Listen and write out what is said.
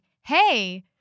hey